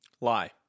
Lie